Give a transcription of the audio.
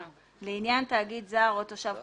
לעניין תאגיד זר או תושב חוץ,